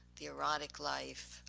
theoretic life,